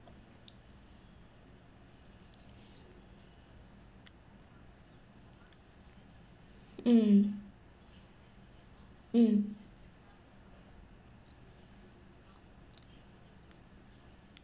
mm mm